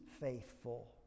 faithful